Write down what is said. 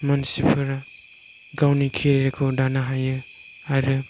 मानसिफोर गावनि केरियार खौ दानो हायो आरो